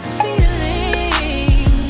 feeling